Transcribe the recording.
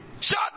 shut